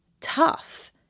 tough